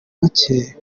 make